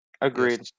Agreed